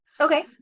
okay